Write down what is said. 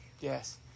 Yes